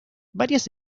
varias